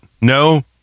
No